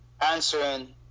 answering